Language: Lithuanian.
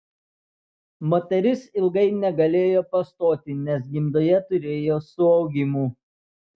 moteris ilgai negalėjo pastoti nes gimdoje turėjo suaugimų